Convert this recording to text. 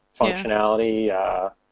functionality